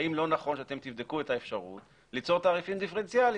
האם לא נכון שאתם תבדקו את האפשרות ליצור תעריפים דיפרנציאליים?